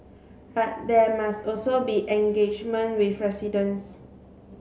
but there must also be engagement with residents